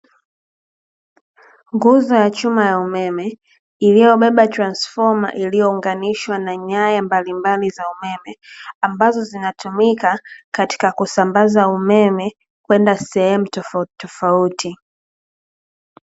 Nguzo ya chuma ya umeme, iliyobeba transifoma iliiyounganishwa na nyaya mbalimbali za umeme, ambazo zinatumika katika kusambaza umeme kwenda sehemu tofauti tofauti.